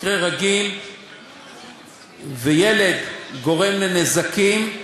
מקרה רגיל שילד גורם נזקים,